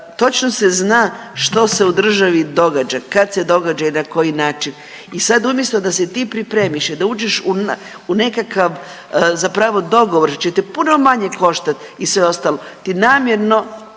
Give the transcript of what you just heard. Točno se zna što se u državi događa kad se događa i na koji način. I sad umjesto da se ti pripremiš i da uđeš u nekakav zapravo dogovor jer će te puno manje koštati i sve ostalo ti namjerno